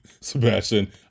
Sebastian